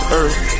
earth